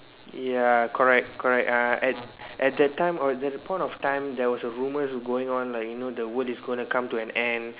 ya correct correct uh at at that time on that point of time there is rumors going on you know like the world is going to come to an end